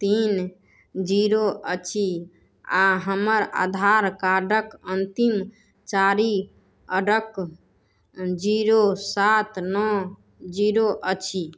तीन जीरो अछि आओर हमर आधार कार्डक अन्तिम चारि अङ्क जीरो सात नओ जीरो अछि